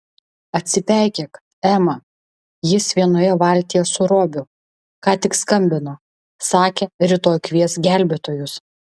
atsipeikėk ema jis vienoje valtyje su robiu ką tik skambino sakė rytoj kvies gelbėtojus